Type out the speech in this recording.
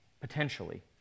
potentially